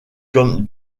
comme